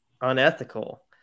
unethical